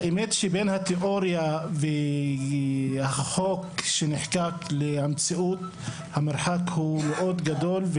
האמת היא שבין התיאוריה והחוק שנחקק לבין המציאות המרחק הוא מאוד גדול.